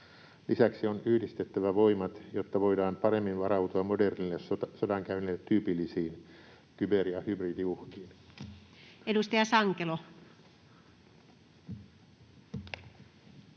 Lisäksi on yhdistettävä voimat, jotta voidaan paremmin varautua modernille sodankäynnille tyypillisiin kyber‑ ja hybridiuhkiin. Edustaja Sankelo.